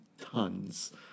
Tons